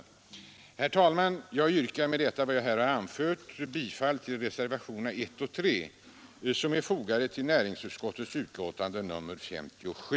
Herr talman! Med vad jag här anfört yrkar jag bifall till reservationerna 1 och 3, som är fogade till näringsutskottets betänkande nr 57.